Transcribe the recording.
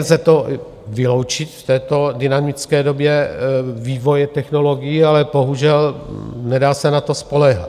Nelze to vyloučit v této dynamické době vývoje technologií, ale bohužel nedá se na to spoléhat.